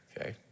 Okay